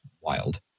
wild